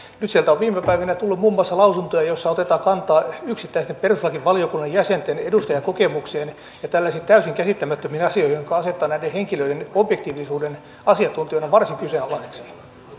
nyt sieltä on viime päivinä tullut muun muassa lausuntoja joissa otetaan kantaa yksittäisten perustuslakivaliokunnan jäsenten edustajakokemukseen ja tällaisiin täysin käsittämättömiin asioihin joka asettaa näiden henkilöiden objektiivisuuden asiantuntijoina varsin kyseenalaiseksi